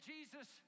Jesus